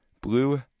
Blue